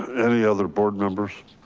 any other board members?